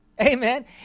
amen